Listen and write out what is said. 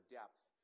depth